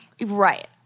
right